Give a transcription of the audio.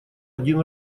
один